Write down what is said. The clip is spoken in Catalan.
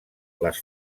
les